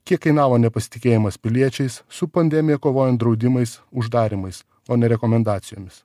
kiek kainavo nepasitikėjimas piliečiais su pandemija kovojant draudimais uždarymais o ne rekomendacijomis